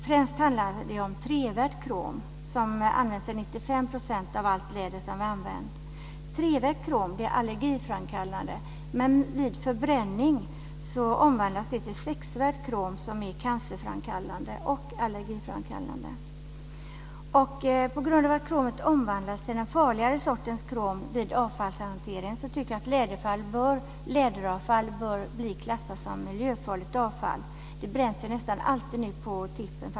Främst handlar det om 3-värt krom som används i 95 % av allt läder som vi använder. 3-värt krom är allergiframkallande, men vid förbränning omvandlas det till 6-värt krom som är cancerframkallande och allergiframkallande. På grund av att kromet omvandlas till den farligare sortens krom vid avfallshantering, tycker vi att läderavfall bör klassas som miljöfarligt avfall. Det bränns ju nästan alltid på tippen.